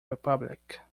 republic